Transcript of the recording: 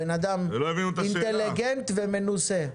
הבן אדם אינטליגנט ומנוסה.